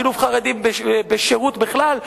שילוב חרדים בשירות בכלל,